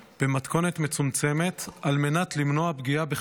במתכונת מצומצמת על מנת למנוע פגיעה בחיי